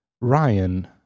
Ryan